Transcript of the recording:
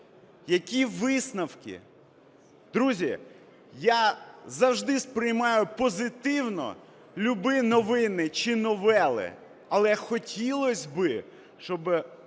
Які висновки? Друзі, я завжди сприймаю позитивно любі новини чи новели. Але хотілось би, щоб